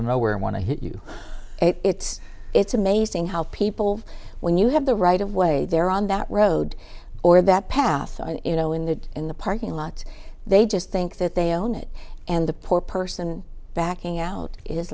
of nowhere i want to hit you it's it's amazing how people when you have the right of way there on that road or that path you know in the in the parking lot they just think that they own it and the poor person backing out is